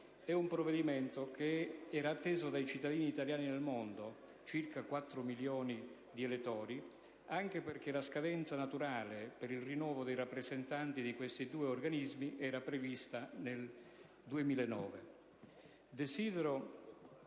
all'esame dell'Aula era atteso dai cittadini italiani nel mondo (circa 4 milioni di elettori), anche perché la scadenza naturale per il rinnovo dei rappresentanti di questi organismi era prevista nel 2009.